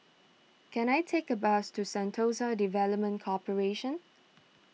can I take a bus to Sentosa Development Corporation